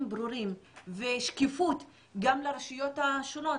ברורים ושקיפות גם לרשויות השונות,